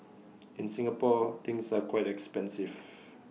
in Singapore things are quite expensive